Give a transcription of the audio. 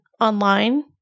online